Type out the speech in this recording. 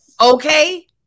Okay